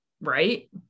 right